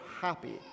happy